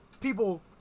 people